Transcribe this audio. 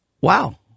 Wow